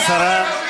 ברור.